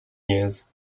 years